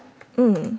mm